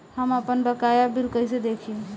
हम आपनबकाया बिल कइसे देखि?